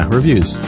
Reviews